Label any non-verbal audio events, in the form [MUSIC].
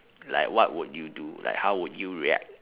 [NOISE] like what would you do like how would you react